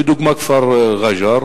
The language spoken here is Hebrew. לדוגמה הכפר רג'ר,